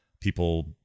people